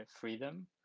freedom